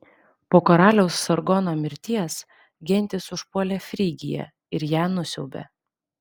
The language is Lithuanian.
po karaliaus sargono mirties gentys užpuolė frygiją ir ją nusiaubė